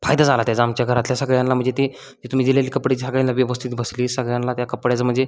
फायदा झाला त्याचा आमच्या घरातल्या सगळ्यांना म्हणजे ते तुम्ही दिलेली कपडे सगळ्यांना व्यवस्थित बसली सगळ्यांना त्या कपड्याचं म्हणजे